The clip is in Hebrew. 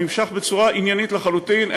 הוא נמשך בצורה עניינית לחלוטין,